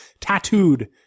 tattooed